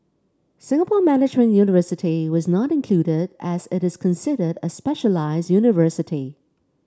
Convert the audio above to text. Singapore Management University was not included as it is considered a specialised university